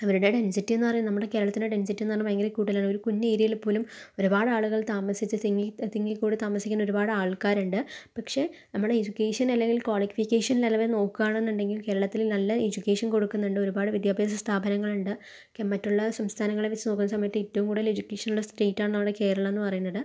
അവരുടെ ഡെൻസിറ്റീന്ന് പറയുന്നത് നമ്മുടെ കേരളത്തിലെ ഡെൻസിറ്റീന്ന് പറയുന്നത് ഭയങ്കര കൂടുതലാണ് ഒരു കുഞ്ഞ് ഏരിയേയില് പോലും ഒരുപാടാളുകൾ താമസിച്ച് തിങ്ങി തിങ്ങിക്കൂടി താമസിക്കുന്ന ഒരുപാട് ആൾകാരുണ്ട് പക്ഷെ നമ്മൾ എജുക്കേഷൻ അല്ലെങ്കിൽ ക്വാളിഫിക്കേഷൻ നിലവിൽ നോക്കാണെന്നുണ്ടെങ്കിൽ കേരളത്തിൽ നല്ല എജുക്കേഷൻ കൊടുക്കുന്നുണ്ട് ഒരുപാട് വിദ്യാഭ്യാസ സ്ഥാപനങ്ങളുണ്ട് ഒക്കെ മറ്റുള്ള സംസ്ഥാനങ്ങളെ വെച്ച് നോക്കുന്ന സമയത്ത് ഏറ്റവും കൂടുതല് എജുക്കേഷൻ ഉള്ള സ്റ്റേറ്റാണ് നമ്മുടെ കേരളമെന്ന് പറയുന്നത്